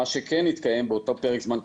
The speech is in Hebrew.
מה שכן התקיים באותו פרק זמן קצר,